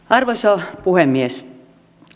arvoisa puhemies